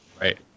Right